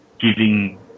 giving